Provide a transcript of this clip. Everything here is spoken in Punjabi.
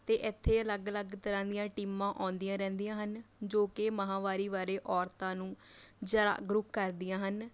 ਅਤੇ ਇੱਥੇ ਅਲੱਗ ਅਲੱਗ ਤਰ੍ਹਾਂ ਦੀਆਂ ਟੀਮਾਂ ਆਉਂਦੀਆਂ ਰਹਿੰਦੀਆਂ ਹਨ ਜੋ ਕਿ ਮਾਹਵਾਰੀ ਬਾਰੇ ਔਰਤਾਂ ਨੂੰ ਜਾਗਰੂਕ ਕਰਦੀਆਂ ਹਨ